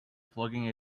flogging